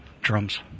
Drums